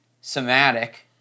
somatic